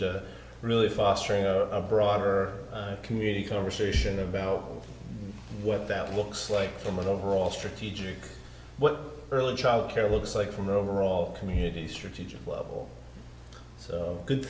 to really fostering a broader community conversation about what that looks like from an overall strategic early child care looks like from the overall community strategic level good